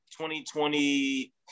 2020